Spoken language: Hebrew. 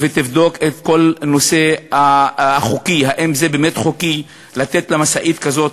ותבדוק את כל הנושא החוקי: האם זה באמת חוקי לתת למשאית כזאת,